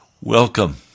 Welcome